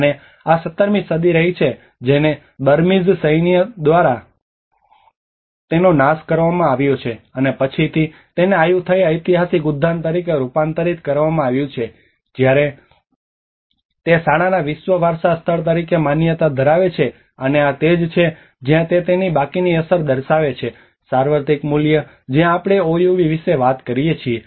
અને આ 17 મી સદી રહી છે જેને બર્મીઝ સૈન્ય દ્વારા તેનો નાશ કરવામાં આવ્યો છે અને પછીથી તેને આયુથૈયા ઐતિહાસિક ઉદ્યાન તરીકે રૂપાંતરિત કરવામાં આવ્યું છે જ્યારે તે શાળાના વિશ્વ વારસા સ્થળ તરીકે માન્યતા ધરાવે છે અને આ તે જ છે જ્યાં તે તેની બાકીની અસર દર્શાવે છે સાર્વત્રિક મૂલ્ય જ્યાં આપણે ઓયુવી વિશે વાત કરીએ છીએ